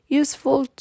useful